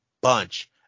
bunch